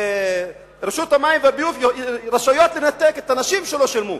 רשות המים והביוב רשאיות לנתק לאנשים שלא שילמו.